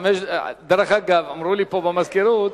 דרך אגב, אמרו לי פה במזכירות,